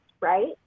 right